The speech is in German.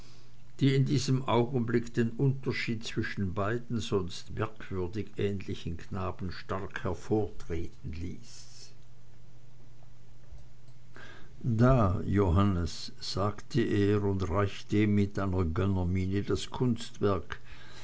die in diesem augenblicke den unterschied zwischen beiden sonst merkwürdig ähnlichen knaben stark hervortreten ließ da johannes sagte er und reichte ihm mit einer gönnermiene das kunstwerk